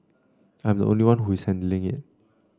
I am the only one who is handling it